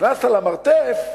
נכנסת למרתף,